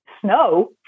snow